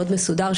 מאוד מסודר,